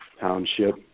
Township